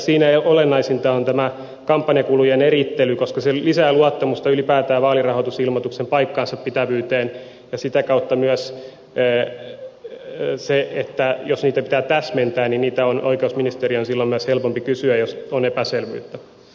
siinä olennaisinta on tämä kampanjakulujen erittely koska se lisää luottamusta ylipäätään vaalirahoitusilmoituksen paikkansapitävyyteen ja sitä kautta myös jos niitä pitää täsmentää niitä on oikeusministeriön helpompi kysyä jos on epäselvyyttä